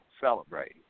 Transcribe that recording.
Celebrate